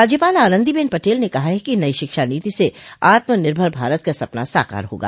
राज्यपाल आनन्दीबेन पटेल ने कहा है कि नई शिक्षा नीति से आत्मनिर्भर भारत का सपना साकार होगा